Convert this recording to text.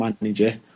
manager